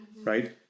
right